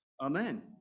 Amen